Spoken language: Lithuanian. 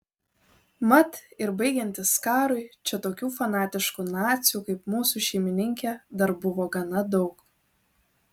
mat ir baigiantis karui čia tokių fanatiškų nacių kaip mūsų šeimininkė dar buvo gana daug